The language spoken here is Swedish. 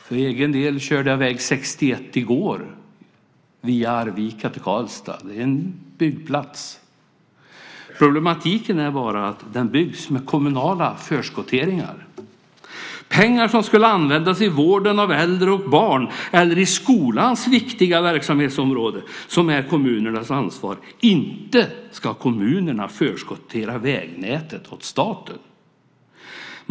För egen del körde jag väg 61 i går via Arvika till Karlstad. Det är en byggplats. Problematiken är bara att den byggs med kommunala förskotteringar, pengar som skulle användas i vården av äldre och barn eller i skolans viktiga verksamhetsområde som är kommunernas ansvar. Inte ska kommunerna förskottera vägnätet åt staten.